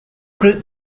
group